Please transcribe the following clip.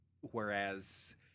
Whereas